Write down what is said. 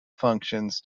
functions